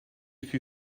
fût